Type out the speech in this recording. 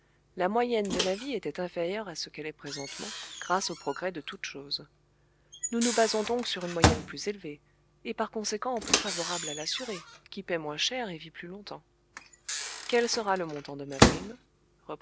la moyenne de la vie était inférieure à ce qu'elle est présentement grâce au progrès de toutes choses nous nous basons donc sur une moyenne plus élevée et par conséquent plus favorable à l'assuré qui paie moins cher et vit plus longtemps quel sera le montant de ma prime